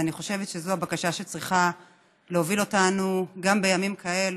ואני חושבת שזו הבקשה שצריכה להוביל אותנו גם בימים כאלה: